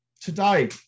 today